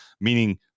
meaning